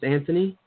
Anthony